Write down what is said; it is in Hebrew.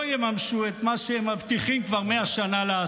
יממשו את מה שהם מבטיחים לעשות כבר מאה שנה.